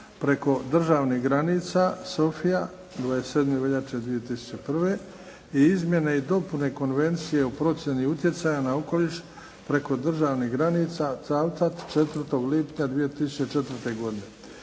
preko državnih granica Sofija, 27. veljače 2001. i izmjene i dopune Konvencije o procjeni utjecaja na okoliš preko državnih granica Cavtat, 4. lipnja 2004. godine